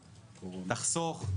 תחסוך,